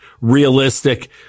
realistic